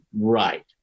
Right